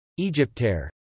Egyptair